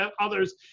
others